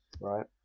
Right